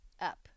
up